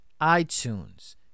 iTunes